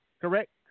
correct